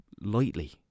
lightly